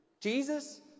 Jesus